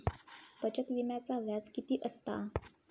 बचत विम्याचा व्याज किती असता?